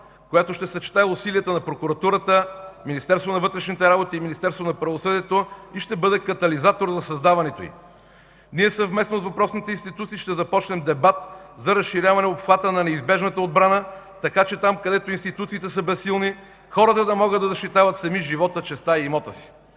работи и Министерството на правосъдието и ще бъде катализатор за създаването й. Ние съвместно с въпросните институции ще започнем дебат за разширяване обхвата на неизбежната отбрана, така че там, където институциите са безсилни, хората да могат да защитават сами живота, честта и имота си.